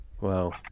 Wow